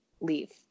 leave